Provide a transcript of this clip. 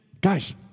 guys